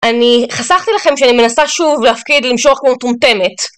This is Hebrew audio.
אני... חסכתי לכם שאני מנסה שוב להפקיד למשוך כמו מטומטמת.